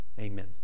Amen